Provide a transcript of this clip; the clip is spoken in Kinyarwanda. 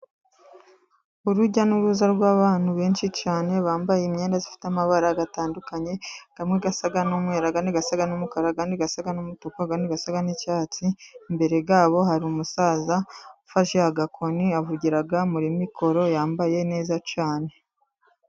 Urujya n'uruza rw'abantu benshi cyane, bambaye imyenda ifite amabara atandukanye. Amwe asa n'umweru andi asa n'umukara, andi asa n'umutuku, andi asa n'icyatsi. Imbere yabo hari umusaza ufashe agakoni uvugira muri mikoro. Yambaye neza cyane.